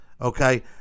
Okay